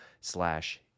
slash